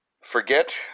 forget